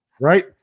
Right